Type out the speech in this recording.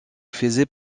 faisaient